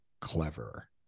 clever